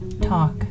talk